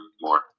more